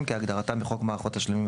תשלומים" - כהגדרתם בחוק מערכות תשלומים,